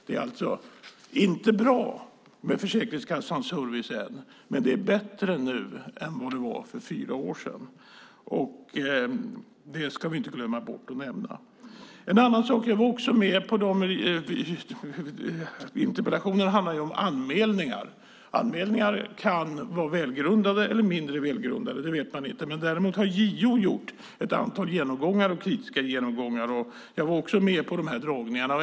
Det är alltså inte bra med Försäkringskassans service än, men det är bättre nu än vad det var för fyra år sedan. Det ska vi inte glömma bort att nämna. En annan sak: Interpellationen handlar om anmälningar. Anmälningar kan vara välgrundade eller mindre välgrundade - det vet man inte. Däremot har JO gjort ett antal genomgångar, och politiska genomgångar, och jag var med på de dragningarna.